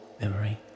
memory